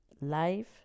life